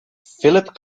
philip